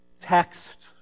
text